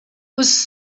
was